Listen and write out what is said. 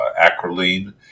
acrolein